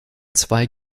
zwei